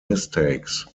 mistakes